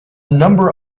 number